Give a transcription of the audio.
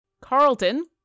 Carlton